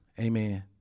Amen